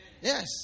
Yes